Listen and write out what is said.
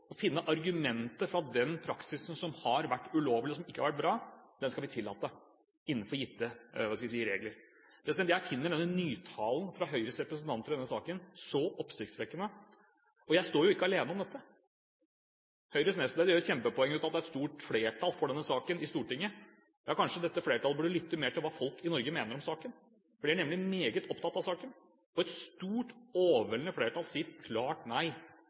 finne argumentet for at den praksisen som har vært ulovlig, og som ikke har vært bra, skal vi tillate innenfor gitte regler. Jeg finner denne nytalen fra Høyres representanter i denne saken oppsiktsvekkende, og jeg står ikke alene om det. Høyres nestleder gjør et kjempepoeng av at det er et stort flertall for denne saken i Stortinget. Ja, kanskje dette flertallet burde lytte mer til hva folk i Norge mener om saken, for de er nemlig meget opptatt av saken. Et stort, overveldende flertall sier klart nei